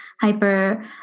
hyper